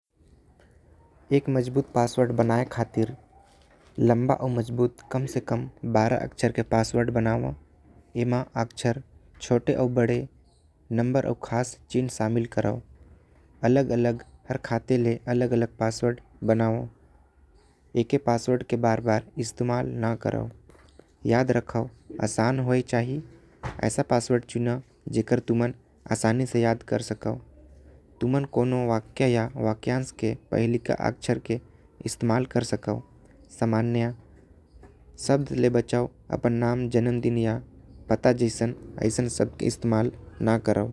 एक मजबूत पासपोर्ट बनाएं खातिर लंबा आऊ। मजबूत कम से कम बारा अक्चर के पासवर्ड बनावा। एमे अक्चर छोटे आऊ बड़े आऊ खास चीन शामिल करो। अलग अलग खाते ले अलग अलग पासपोर्ट बनाओ। एके पासपोर्ट के बार बार इस्तेमाल न करो याद रखो आसान होए। चाहिए ऐसा पासवर्ड चुनो जेकर तुमान आसानी से याद कर सको। तुमान कोनो वाक्य या वाक्यांश के पहिले के अक्चर ल इस्तेमाल कर सको। सामान्य शब्द ले बचाओ आपन जन्मदिन पता यह ऐसन शब्द के इस्तेमाल न करो।